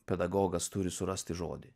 pedagogas turi surasti žodį